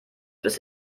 bis